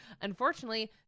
unfortunately